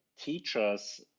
teachers